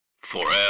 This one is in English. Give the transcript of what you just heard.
Forever